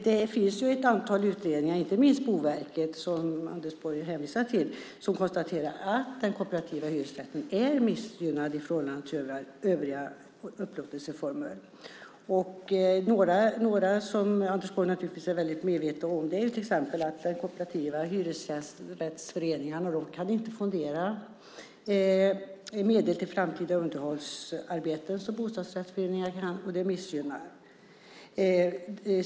Det finns ett antal utredningar, inte minst från Boverket som Anders Borg hänvisar till, som konstaterar att den kooperativa hyresrätten är missgynnad i förhållande till övriga upplåtelseformer. Något som Anders Borg förstås är medveten om är till exempel att de kooperativa hyresgästföreningarna inte kan fondera medel till framtida underhållsarbeten på det sätt som bostadsrättsföreningar kan. Det missgynnar.